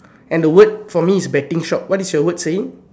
and the word for me is betting shop what is your word saying